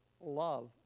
love